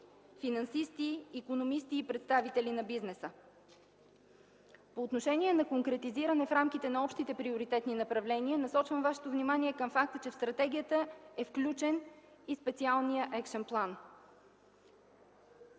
финансисти, икономисти и представители на бизнеса. По отношение на конкретизиране в рамките на общите приоритетни направления насочвам вашето внимание към факта, че в стратегията е включен и специалния екшън план.